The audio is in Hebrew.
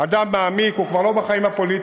אדם מעמיק, הוא היה מהליברלים.